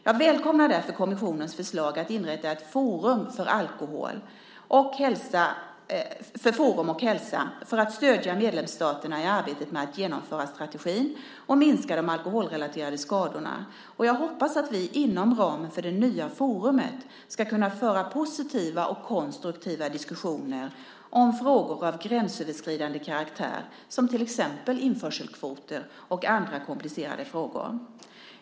Jag välkomnar därför kommissionens förslag att inrätta ett forum för alkohol och hälsa för att stödja medlemsstaterna i arbetet med att genomföra strategin och minska de alkoholrelaterade skadorna, och jag hoppas att vi inom ramen för det nya forumet ska kunna föra positiva och konstruktiva diskussioner om frågor av gränsöverskridande karaktär, som till exempel införselkvoter och andra komplicerade frågor.